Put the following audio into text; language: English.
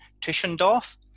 Tischendorf